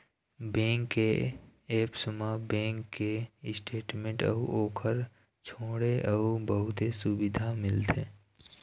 bank के apps म bank के स्टेटमेंट अउ ओखर छोड़े अउ बहुते सुबिधा मिलथे